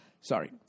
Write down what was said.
Sorry